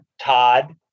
Todd